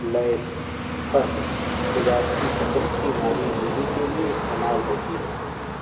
لیس پھرق تجارتی سطح کی ماہی گیری کے لیے استعمال ہوتی ہے